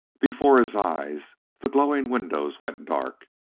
before his eyes the glowing windows went dark,